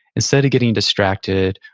instead of getting distracted,